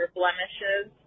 blemishes